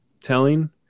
telling